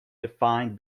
defined